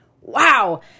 Wow